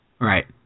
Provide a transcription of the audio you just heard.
right